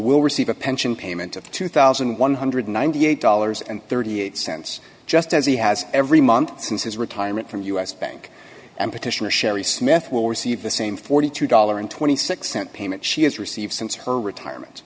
will receive a pension payment of two thousand one hundred and ninety eight dollars thirty eight cents just as he has every month since his retirement from us bank and petitioner sherry smith will receive the same forty two dollars twenty six cents cent payment she has received since her retirement